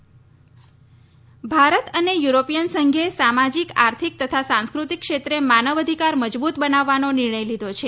Bharat European સંઘ ભારત અને European સંઘે સામાજિક આર્થિક તથા સાંસ્કૃતિક ક્ષેત્રે માનવ અધિકાર મજબૂત બનાવવાનો નિર્ણય લીધો છે